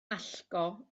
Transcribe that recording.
allgo